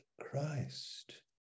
Christ